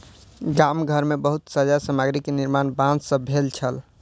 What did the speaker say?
गाम घर मे बहुत सज्जा सामग्री के निर्माण बांस सॅ भेल छल